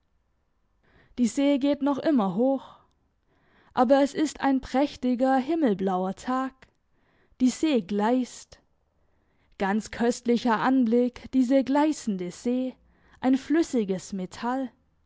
die see geht noch immer hoch aber es ist ein prächtiger himmelblauer tag die see gleisst ganz köstlicher anblick diese gleissende see ein flüssiges metall